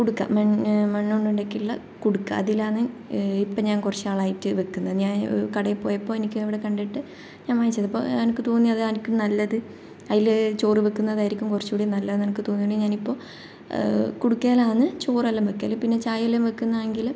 കുടുക്ക മ മണ്ണ് കൊണ്ട് ഉണ്ടാക്കിയിട്ടുള്ള കുടുക്ക അതിലാണ് ഞാൻ ഇപ്പോൾ കുറച്ചുനാളായിട്ട് വയ്ക്കുന്നത് ഞാൻ കടയിൽ പോയപ്പോൾ എനിക്ക് അവിടെ കണ്ടിട്ട് ഞാൻ വാങ്ങിച്ചത് അപ്പോൾ എനിക്ക് തോന്നി അത് എനിക്ക് നല്ലത് അതിൽ ചോറ് വയ്ക്കുന്നതായിരിക്കും കുറച്ചുകൂടി നല്ലത് എന്ന് എനിക്ക് തോന്നിയത് കൊണ്ട് ഞാനിപ്പം കുടുക്കയിലാണ് ചോറെല്ലാം വയ്ക്കൽ പിന്നെ ചായ എല്ലാം വയ്ക്കുന്നതാണെങ്കിൽ